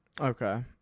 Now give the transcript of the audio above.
Okay